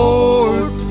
Lord